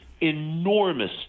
enormous